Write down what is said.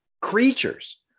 creatures